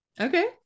Okay